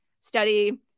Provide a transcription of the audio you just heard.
study